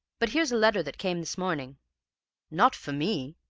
but here's a letter that came this morning not for me